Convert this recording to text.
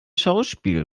schauspiel